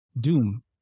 Doom